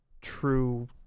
true